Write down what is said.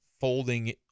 folding